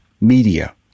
media